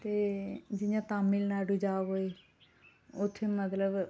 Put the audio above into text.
ते जियां तमिलनाडू जा कोई उत्थै मतलब